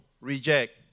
reject